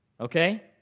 Okay